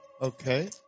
Okay